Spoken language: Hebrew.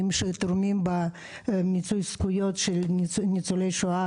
שתורמים למיצוי הזכויות של ניצולי שואה,